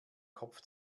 kopf